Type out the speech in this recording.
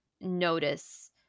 notice